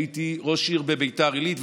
הייתי ראש עיר בביתר עילית,